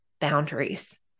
boundaries